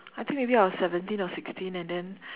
I think maybe I was seventeen or sixteen and then